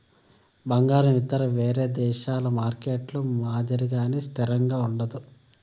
బంగారం ఇతర వేరే దేశాల మార్కెట్లలో మాదిరిగానే స్థిరంగా ఉండదు